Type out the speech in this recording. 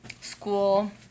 school